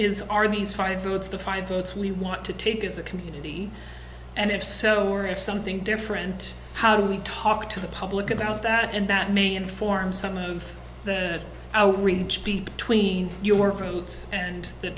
is are these five votes the five votes we want to take as a community and if so or if something different how do we talk to the public about that and that may inform some of the outreach between